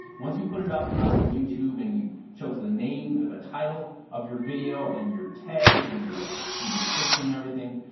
once you put it up on to youtube and you chose the name or the title of your video and your tags and your your description and everything,